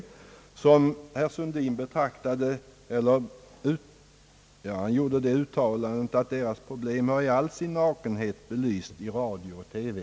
Herr Sundin sade att deras problem har i all sin nakenhet belysts i radio och TV.